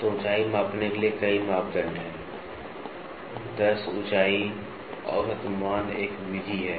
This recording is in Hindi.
तो ऊंचाई मापने के लिए कई मापदण्ड हैं 10 ऊंचाई औसत मान एक विधि है